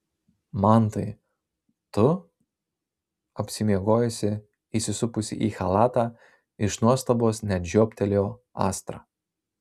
mantai tu apsimiegojusi įsisupusi į chalatą iš nuostabos net žioptelėjo astra